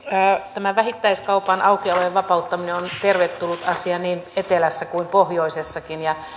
tämä vähittäiskaupan aukiolon vapauttaminen on on tervetullut asia niin etelässä kuin pohjoisessakin ja